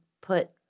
put